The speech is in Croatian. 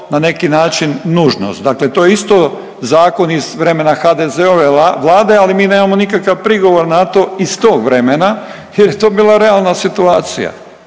na neki način nužnost. Dakle to je isto zakon iz vremena HDZ-ove Vlade, ali mi nemamo nikakav prigovor na to iz tog vremena jer je to bila realna situacija.